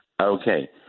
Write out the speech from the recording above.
okay